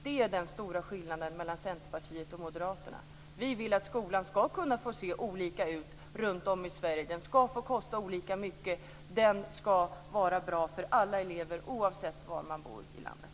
Det är den stora skillnaden mellan Centerpartiet och Moderaterna. Vi vill att skolan ska få se olika ut runtom i Sverige. Den ska få kosta olika mycket, och den ska vara bra för alla elever oavsett var man bor i landet.